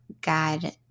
God